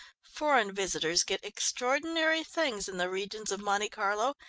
foreign visitors get extraordinary things in the regions of monte carlo,